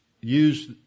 use